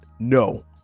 no